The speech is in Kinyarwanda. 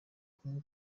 kumwe